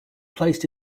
placed